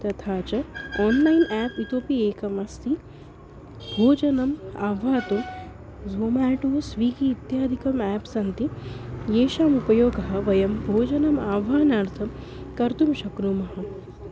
तथा च online app इतोपि एकमस्ति भोजनम् आह्वातु ज़ोमाटो स्विग्गी इत्यादिकम् आप् सन्ति येषाम् उपयोगं वयं भोजनम् आह्वानार्थं कर्तुं शक्नुमः